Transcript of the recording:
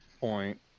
Point